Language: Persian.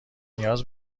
نیاز